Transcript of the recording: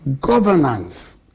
governance